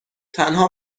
تنها